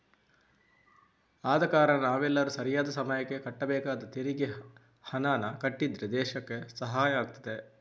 ಆದ ಕಾರಣ ನಾವೆಲ್ಲರೂ ಸರಿಯಾದ ಸಮಯಕ್ಕೆ ಕಟ್ಟಬೇಕಾದ ತೆರಿಗೆ ಹಣಾನ ಕಟ್ಟಿದ್ರೆ ದೇಶಕ್ಕೆ ಸಹಾಯ ಆಗ್ತದೆ